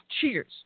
cheers